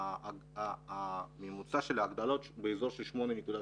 ממוצע ההגדלות באזור 8.8,